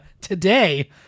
today